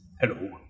Hello